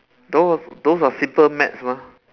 those those are simple maths mah